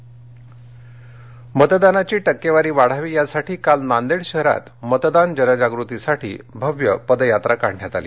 मतदान पदयात्रा नांदेड मतदानाची टक्केवारी वाढावी यासाठी काल नांदेड शहरात मतदान जनजागृतीसाठी भव्य पदयात्रा काढण्यात आली